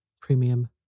Premium